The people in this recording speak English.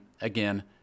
again